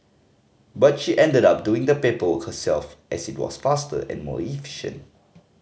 but she ended up doing the paperwork herself as it was faster and more efficient